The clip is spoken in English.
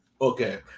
okay